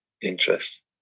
interest